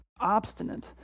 obstinate